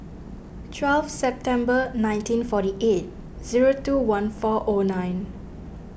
twelve September nineteen forty eight zero two one four O nine